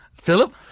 Philip